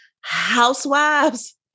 housewives